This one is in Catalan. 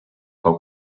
pau